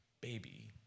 baby